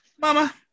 Mama